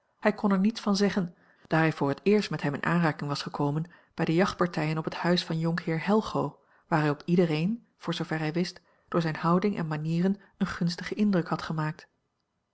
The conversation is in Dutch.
hij kon er niets van zeggen daar hij voor het eerst a l g bosboom-toussaint langs een omweg met hem in aanraking was gekomen bij de jachtpartijen op het huis van jonkheer helgo waar hij op iedereen voor zoover hij wist door zijne houding en manieren een gunstigeun indruk had gemaakt